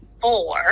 four